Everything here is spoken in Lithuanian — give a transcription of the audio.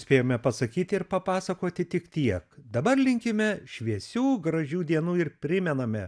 spėjome pasakyti ir papasakoti tik tiek dabar linkime šviesių gražių dienų ir primename